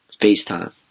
FaceTime